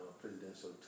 presidential